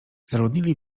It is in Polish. zaludnili